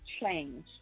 change